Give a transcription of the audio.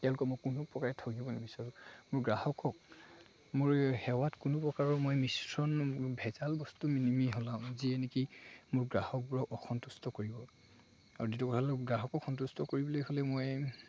তেওঁলোকক মই কোনো প্ৰকাৰে ঠগিব নিবিচাৰোঁ মোৰ গ্ৰাহকক মোৰ সেৱাত কোনো প্ৰকাৰৰ মই মিশ্ৰণ ভেজাল বস্তু নিমিহলাওঁ যিয়ে নেকি মোৰ গ্ৰাহকবোৰক অসন্তুষ্ট কৰিব আৰু দ্বিতীয় কথাটো হ'ল গ্ৰাহকক সন্তুষ্ট কৰিবলৈ হ'লে মই